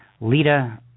Lita